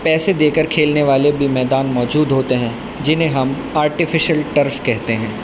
پیسے دے کر کھیلنے والے بھی میدان موجود ہوتے ہیں جنہیں ہم آرٹیفیشیل ٹرف کہتے ہیں